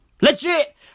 legit